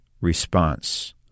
response